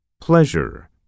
pleasure